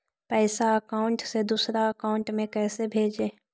पैसा अकाउंट से दूसरा अकाउंट में कैसे भेजे?